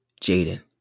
Jaden